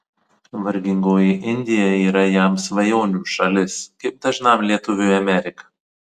vargingoji indija yra jam svajonių šalis kaip dažnam lietuviui amerika